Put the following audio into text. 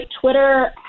Twitter